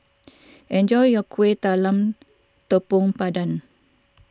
enjoy your Kuih Talam Tepong Pandan